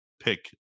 pick